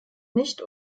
nicht